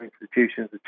institutions